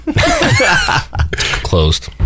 Closed